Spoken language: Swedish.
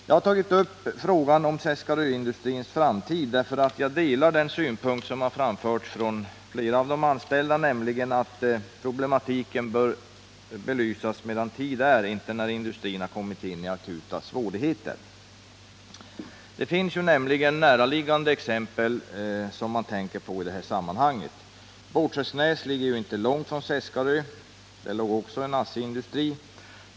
Jag har tagit upp frågan om Seskaröindustrins framtid, därför att jag delar den synpunkt som har framförts av flera av de anställda, nämligen att problematiken bör belysas medan tid är — inte när industrin har råkat i akuta svårigheter. Det finns näraliggande exempel som man tänker på i det här sammanhanget. Båtskärsnäs ligger ju inte långt från Seskarö, och där låg också en ASSI-industri.